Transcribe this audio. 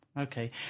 okay